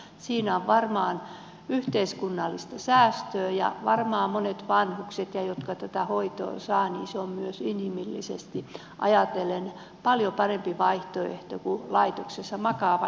siinä olisi varmaan yhteiskunnallista säästöä ja varmaan monille vanhuksille ja jotka tätä hoitoa saavat se olisi myös inhimillisesti ajatellen paljon parempi vaihtoehto kuin laitoksessa makaaminen